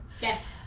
Yes